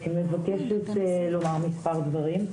אני מבקשת להוסיף מספר דברים.